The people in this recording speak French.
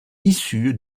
issue